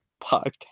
podcast